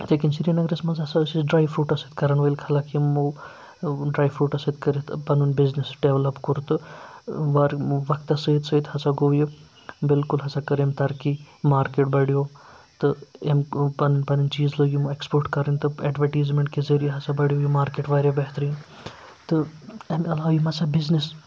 یِتھَے کٔنۍ سرینگرَس منٛز ہَسا ٲسۍ اَسہِ ڈرٛاے فرٛوٗٹَس سۭتۍ کَرَن وٲلۍ خلق یِمو ڈرٛاے فرٛوٗٹَس سۭتۍ کٔرِتھ پَنُن بِزنِس ڈٮ۪ولَپ کوٚر تہٕ وار وَقتَس سۭتۍ سۭتۍ ہَسا گوٚو یہِ بالکل ہَسا کٔر أمۍ ترقی مارکٮ۪ٹ بَڑیو تہٕ أمۍ لوگ پَنٕنۍ پَنٕنۍ چیٖز لٔگۍ یِمو اٮ۪کٕسپوٹ کَرٕنۍ تہٕ اٮ۪ڈوَٹیٖزمٮ۪نٛٹ کہِ ذٔریعہِ ہَسا بڑیو یہِ مارکٮ۪ٹ واریاہ بہتریٖن تہٕ اَمہِ علاوٕ یِم ہَسا بِزنِس